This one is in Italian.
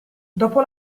dopo